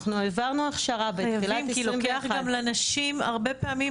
אנחנו העברנו הכשרה בתחילת 21. לפעמים גם לוקח לנשים הרבה פעמים